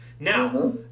Now